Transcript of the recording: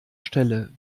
stelle